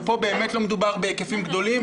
אבל פה באמת לא מדובר בהיקפים גדולים,